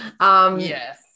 yes